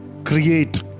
create